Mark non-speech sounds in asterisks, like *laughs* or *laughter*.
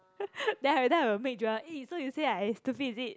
*laughs* then I every time I will make Joel eh so you say I stupid is it